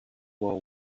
war